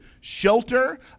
shelter